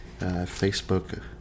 Facebook